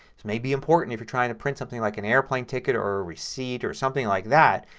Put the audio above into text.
this may be important if you're trying to print something like an airplane ticket or a receipt or something like that.